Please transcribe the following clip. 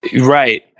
Right